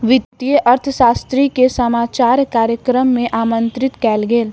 वित्तीय अर्थशास्त्री के समाचार कार्यक्रम में आमंत्रित कयल गेल